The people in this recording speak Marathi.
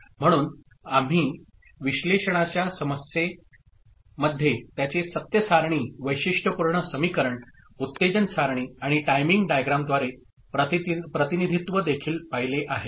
म्हणून आम्ही विश्लेषणाच्या समस्येमध्ये त्याचे सत्य सारणी वैशिष्ट्यपूर्ण समीकरण उत्तेजन सारणी आणि टाइमिंग डायग्रामद्वारे प्रतिनिधित्व देखील पाहिले आहे